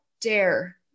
dare